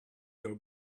your